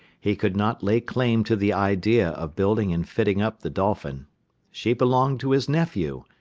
he could not lay claim to the idea of building and fitting up the dolphin she belonged to his nephew,